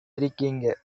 இருக்கீங்க